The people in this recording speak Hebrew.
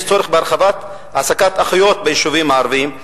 יש צורך בהרחבת העסקת אחיות ביישובים הערביים,